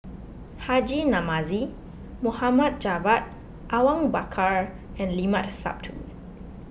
Haji Namazie Mohd Javad Awang Bakar and Limat Sabtu